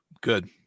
Good